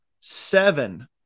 seven